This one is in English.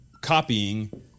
copying